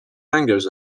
mangoes